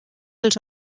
els